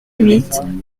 huit